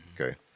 okay